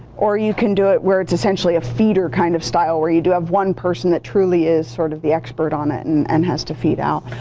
or you can do it where it's essentially a feeder kind of style where you have one person that truly is sort of the expert on it and and has to feed out.